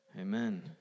Amen